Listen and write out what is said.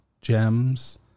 gems